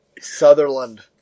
Sutherland